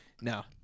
No